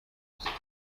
bye